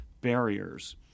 barriers